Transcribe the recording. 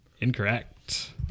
incorrect